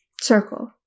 Circle